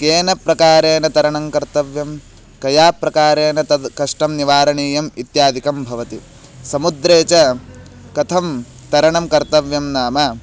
केन प्रकारेन तरणं कर्तव्यं कयाप्रकारेन तद् कष्टं निवारणीयम् इत्यादिकं भवति समुद्रे च कथं तरणं कर्तव्यं नाम